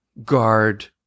guard